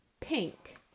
Pink